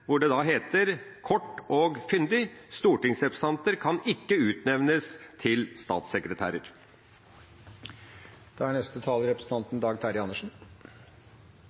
hvor det da kort og fyndig heter: «Stortingsrepresentanter kan ikke utnevnes til statssekretærer.»